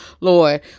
Lord